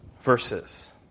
verses